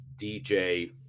DJ